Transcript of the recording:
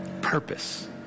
Purpose